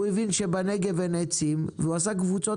הוא הבין שבנגב אין עצים ולכן הוא עשה קבוצות